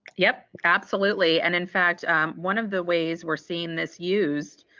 yep absolutely and in fact one of the ways we're seeing this used